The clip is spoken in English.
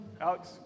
Alex